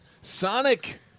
Sonic